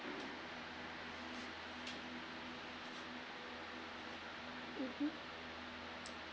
mmhmm